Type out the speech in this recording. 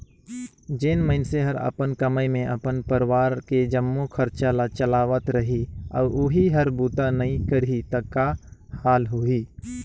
जेन मइनसे हर अपन कमई मे अपन परवार के जम्मो खरचा ल चलावत रही अउ ओही हर बूता नइ करही त का हाल होही